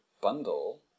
bundle